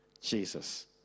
Jesus